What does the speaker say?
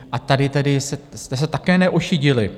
A tady tedy jste se také neošidili.